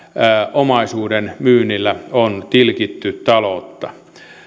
omaisuuden myynnillä on tilkitty taloutta